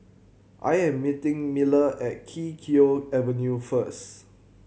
I am meeting Miller at Kee Choe Avenue first